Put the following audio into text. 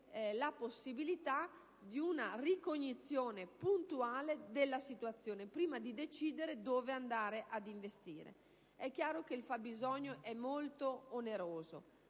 al fine di avere una ricognizione puntuale della situazione prima di decidere dove andare ad investire. È chiaro che il fabbisogno è molto oneroso,